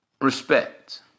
Respect